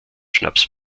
schnaps